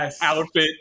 outfit